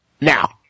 now